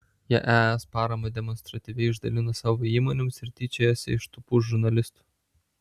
jis es paramą demonstratyviai išdalino savo įmonėms ir tyčiojosi iš tūpų žurnalistų